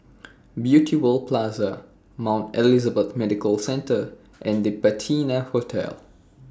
Beauty World Plaza Mount Elizabeth Medical Centre and The Patina Hotel